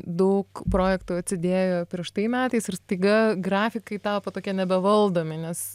daug projektų atsidėjo prieš tai metais ir staiga grafikai tapo tokie nebevaldomi nes